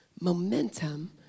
Momentum